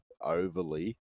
overly